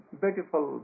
beautiful